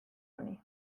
honi